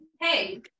hey